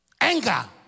Anger